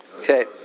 Okay